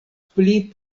pli